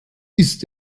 ist